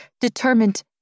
determined